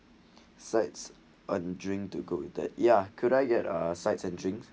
sites a drink to go with the ya could I get ah sides and drinks